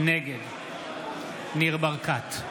נגד ניר ברקת,